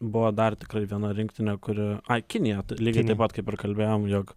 buvo dar tikrai viena rinktinė kuri ai kinija tai lygiai taip pat kaip ir kalbėjom jog